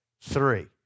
three